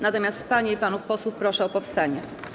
Natomiast panie i panów posłów proszę o powstanie.